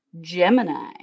Gemini